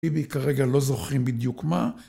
ביבי כרגע לא זוכרים בדיוק מה